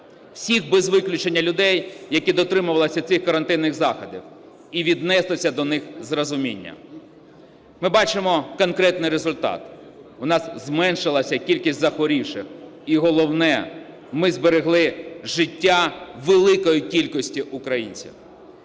усіх без виключення людей, які дотримувалися цих карантинних заходів і віднеслися до них із розумінням. Ми бачимо конкретний результат: у нас зменшилась кількість захворівших, і головне – ми зберегли життя великої кількості українців.